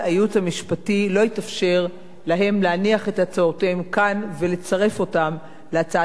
להניח את הצעותיהם כאן ולצרף אותן להצעת החוק הממשלתית.